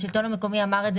השלטו המקומי אמר את זה,